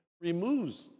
removes